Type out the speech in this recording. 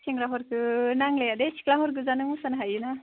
सेंग्राफोरखौ नांलाया दे सिख्लाफोर गोजानो मोसानो हायोना